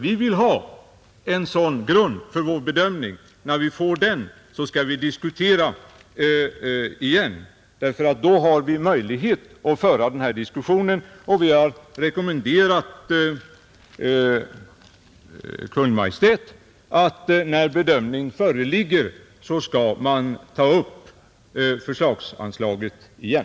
Vi vill ha en sådan grund för vår bedömning. När vi får den skall vi diskutera igen, ty då har vi möjlighet att föra denna diskussion, Vi har rekommenderat Kungl. Maj:t att när bedömning föreligger så skall man ta upp frågan om förslagsanslag igen.